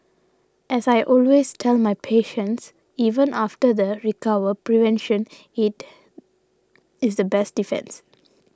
as I always tell my patients even after the recover prevention it is the best defence